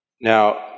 Now